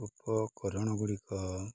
ଉପକରଣଗୁଡ଼ିକ